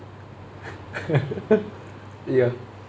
ya